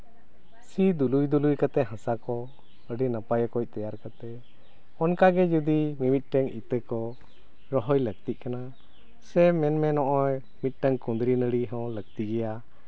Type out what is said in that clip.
ᱥᱤ ᱫᱩᱞᱩᱭ ᱫᱩᱞᱩᱭ ᱠᱟᱛᱮᱫ ᱦᱟᱥᱟ ᱠᱚ ᱟᱹᱰᱤ ᱱᱟᱯᱟᱭ ᱚᱠᱚᱡ ᱛᱮᱭᱟᱨ ᱠᱟᱛᱮᱫ ᱚᱱᱠᱟ ᱜᱮ ᱡᱩᱫᱤ ᱢᱤᱢᱤᱫᱴᱮᱱ ᱤᱛᱟᱹ ᱠᱚ ᱨᱚᱦᱚᱭ ᱞᱟᱹᱠᱛᱤᱜ ᱠᱟᱱᱟ ᱥᱮ ᱢᱮᱱᱢᱮ ᱱᱚᱜᱼᱚᱭ ᱢᱤᱫᱴᱟᱱ ᱠᱩᱸᱫᱽᱨᱤ ᱱᱟᱹᱲᱤ ᱦᱚᱸ ᱞᱟᱹᱠᱛᱤ ᱜᱮᱭᱟ